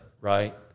right